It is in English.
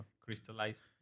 crystallized